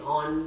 on